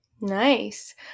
Nice